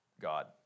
God